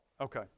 Okay